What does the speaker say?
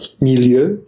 milieu